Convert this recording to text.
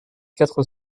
quatre